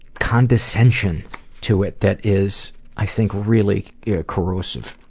condescension to it that is, i think really yeah corrosive.